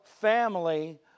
family